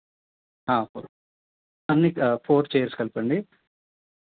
four అన్నీ four chairs కలిపి అండి